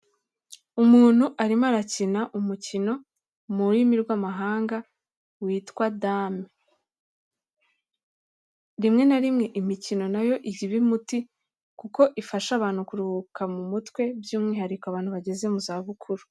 Umuntu arimo arakina umukino mururrimi rwa'amahanga bita dame, rimwe na rimwe imikino umuti ifasha abantu kuruhuka mu mutwe by'umwihariko abantu bageze mubukuru.